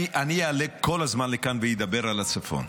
אני אעלה כל הזמן לכאן ואדבר על הצפון.